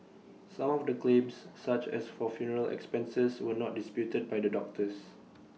some of the claims such as for funeral expenses were not disputed by the doctors